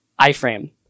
iframe